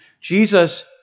Jesus